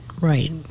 right